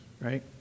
right